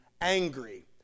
angry